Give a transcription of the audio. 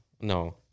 no